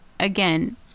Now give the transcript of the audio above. Again